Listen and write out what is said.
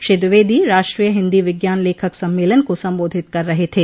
श्री द्विवेदी राष्ट्रीय हिन्दी विज्ञान लेखक सम्मेलन को संबोधित कर रहे थे